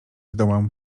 zdołam